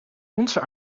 onze